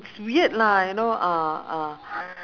it's weird lah you know ah ah